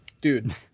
dude